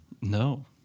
No